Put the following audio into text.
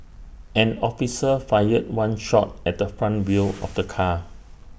an officer fired one shot at the front wheel of the car